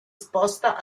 sposta